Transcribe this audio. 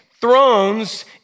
thrones